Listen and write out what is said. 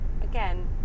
again